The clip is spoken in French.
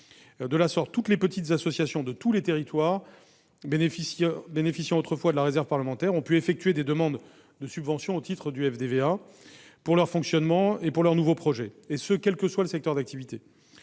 De la sorte, toutes les petites associations sur le territoire bénéficiant autrefois de la réserve parlementaire ont pu effectuer des demandes de subventions au titre du FDVA pour leur fonctionnement et pour leurs nouveaux projets, quel que soit le secteur d'activité.